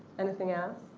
anything else?